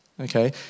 Okay